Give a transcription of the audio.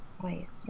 place